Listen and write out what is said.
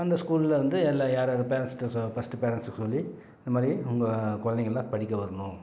அந்த ஸ்கூலில் வந்து எல்லா யாராரு பேரண்ஸ்கிட்ட சொ ஃபஸ்ட்டு பேரண்ஸ்க்கு சொல்லி இந்தமாதிரி உங்கள் குழந்தைங்கெல்லாம் படிக்க வரணும்